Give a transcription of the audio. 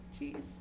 jeez